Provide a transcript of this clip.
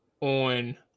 on